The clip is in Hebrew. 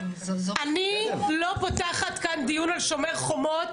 אני לא פותחת כאן דיון על שומר חומות.